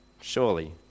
surely